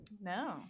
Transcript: no